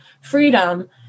freedom